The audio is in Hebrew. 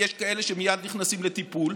יש כאלה שמייד נכנסים לטיפול,